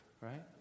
right